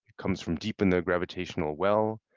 comes from deep in the gravitational well,